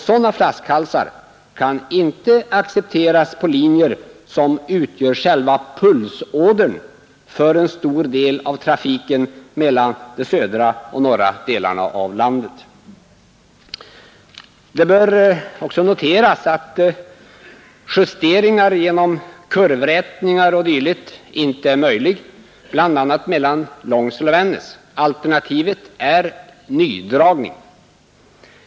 Sådana flaskhalsar kan inte accepteras på linjer som utgör själva pulsådern för en stor del av trafiken mellan de södra och de norra delarna av landet. Det bör också noteras att justeringar genom kurvrätningar o. d. inte är möjliga bl.a. mellan Långsele och Vännäs. Alternativet är nydragning.